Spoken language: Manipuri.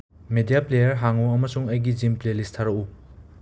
ꯃꯦꯗꯤꯌꯥ ꯄ꯭ꯂꯦꯌꯔ ꯍꯥꯡꯉꯨ ꯑꯃꯁꯨꯡ ꯑꯩꯒꯤ ꯖꯤꯝ ꯄ꯭ꯂꯦꯂꯤꯁ ꯊꯥꯔꯛꯎ